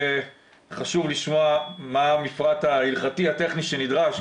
יהיה חשוב לשמוע מה המפרט ההלכתי הטכני שנדרש,